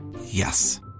Yes